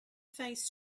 face